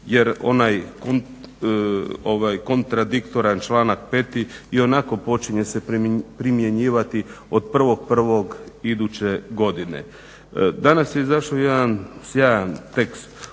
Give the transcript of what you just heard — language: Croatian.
jer ovaj kontradiktoran članak 5. ionako počinje se primjenjivati od 1.01. iduće godine. Danas je izašao jedan sjajan tekst